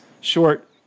short